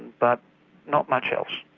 but not much else.